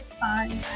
Bye